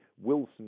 Wilson